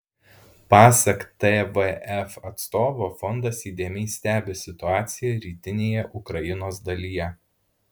pasak tvf atstovo fondas įdėmiai stebi situaciją rytinėje ukrainos dalyje